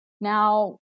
Now